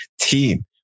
team